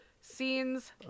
scenes